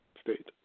State